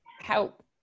help